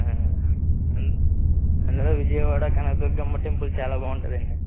అం అందులో విజయవాడ కనక దుర్గమ్మ టెంపుల్ చాలా బాగుంటుంది అండి